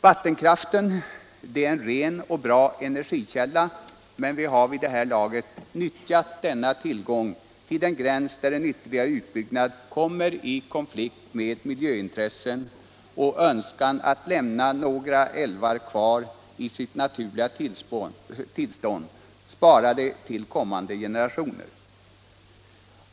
Vattenkraften är en ren och bra energikälla men vi har vid det här laget nyttjat denna tillgång till den gräns där en ytterligare utbyggnad kommer i konflikt med miljöintressen och med vår önskan att lämna några älvar kvar i sitt naturliga tillstånd sparade till kommande generationer.